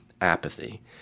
apathy